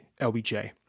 LBJ